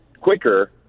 quicker